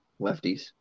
lefties